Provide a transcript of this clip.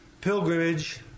pilgrimage